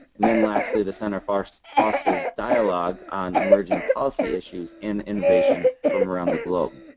and then lastly, the center fosters fosters dialogue on emerging policy issues and innovation from around the globe.